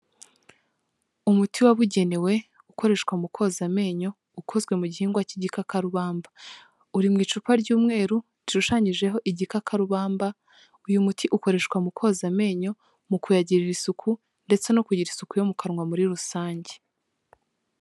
Umuti wabugenewe ukoreshwa mu koza amenyo, ukozwe mu gihingwa cy'igikakarubamba. Uri mu icupa ry'umweru rishushanyijeho igikakarubamba. Uyu muti ukoreshwa mu koza amenyo, mu kuyagirira isuku, ndetse no kugira isuku yo mu kanwa muri rusange.